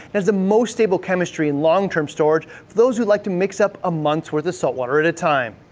and has the most stable chemistry in long term storage, for those who like to mix up a month's worth of saltwater at a time.